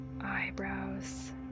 eyebrows